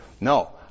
No